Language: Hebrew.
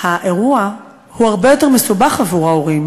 האירוע הוא הרבה יותר מסובך עבור ההורים.